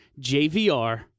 JVR